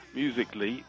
musically